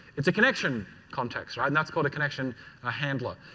it's a connection context. and that's called a connection ah handler.